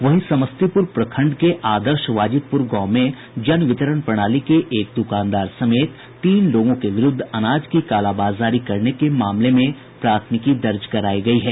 वहीं समस्तीपुर प्रखंड के आदर्श बाजितपुर गांव के जन वितरण प्रणाली के एक दुकानदार समेत तीन लोगों के विरुद्ध अनाज की कालाबाजारी करने के मामले मे प्राथमिकी दर्ज कराई गई है